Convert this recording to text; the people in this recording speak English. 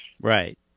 Right